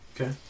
Okay